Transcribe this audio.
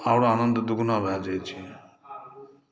आओर आनन्द दूगुना भए जाइ छै